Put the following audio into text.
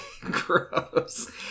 gross